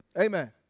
Amen